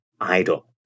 idol